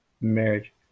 marriage